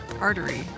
artery